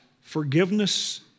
Forgiveness